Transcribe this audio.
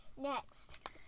next